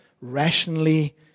rationally